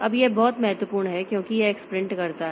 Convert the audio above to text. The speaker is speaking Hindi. अब यह बहुत महत्वपूर्ण है क्योंकि यह x प्रिंट करता है